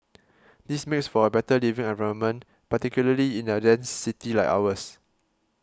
this makes for a better living environment particularly in a dense city like ours